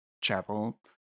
chapel